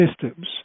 systems